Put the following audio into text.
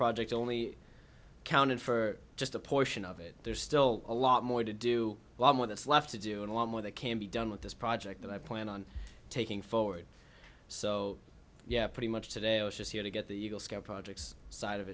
project only accounted for just a portion of it there's still a lot more to do a lot more that's left to do and a lot more that can be done with this project that i plan on taking forward so yeah pretty much today i was just here to get the eagle scout projects side of